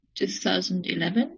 2011